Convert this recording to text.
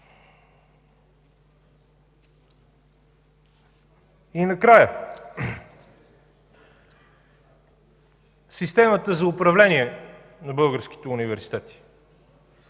И накрая, системата за управление на българските университети.